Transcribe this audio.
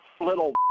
little